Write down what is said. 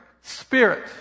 spirit